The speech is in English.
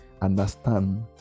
understand